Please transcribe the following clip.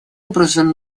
образом